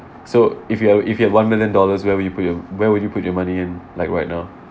so if you have if you have one million dollars where would you where would you put your money in like right now